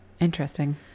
Interesting